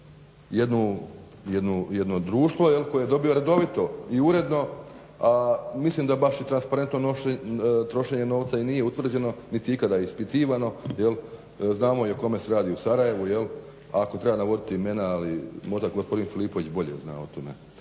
znam jednu, jedno jel društvo koje dobiva redovito i uredno, a mislim da baš i transparentno trošenje novca i nije utvrđeno niti je ikada ispitivano. Jel, znamo i o kome se radi u Sarajevu. Ako treba navoditi imena, a možda gospodin Filipović bolje zna o tome.